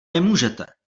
nemůžete